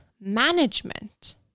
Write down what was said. management